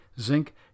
zinc